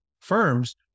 firms